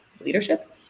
leadership